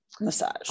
massage